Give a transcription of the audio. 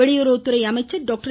வெளியுறவுத்துறை அமைச்சர் டாக்டர்